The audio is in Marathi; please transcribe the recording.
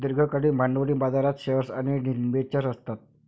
दीर्घकालीन भांडवली बाजारात शेअर्स आणि डिबेंचर्स असतात